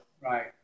Right